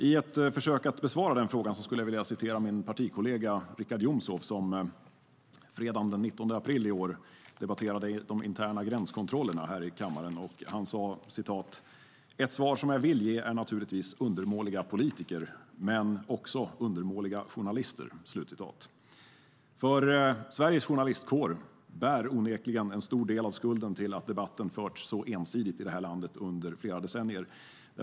I ett försök att besvara frågan skulle jag vilja citera min partikollega Richard Jomshof, som fredagen den 19 april i år debatterade de interna gränskontrollerna här i kammaren. Han sade: "Ett svar som jag vill ge är naturligtvis undermåliga politiker men också undermåliga journalister." Sveriges journalistkår bär onekligen en stor del av skulden till att debatten förts så ensidigt i det här landet under flera decennier.